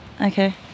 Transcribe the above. okay